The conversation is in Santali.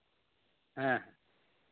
ᱦᱮᱸ